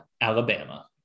alabama